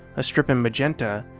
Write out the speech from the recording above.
a strip in magenta,